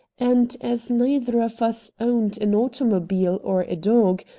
and as neither of us owned an automobile or a dog,